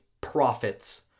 profits